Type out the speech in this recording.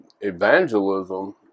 evangelism